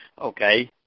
Okay